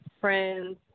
friends